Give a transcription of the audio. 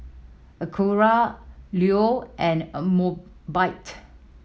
Acura Leo and Mobike